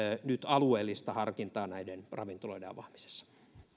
nyt alueellista harkintaa näiden ravintoloiden avaamisessa